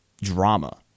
drama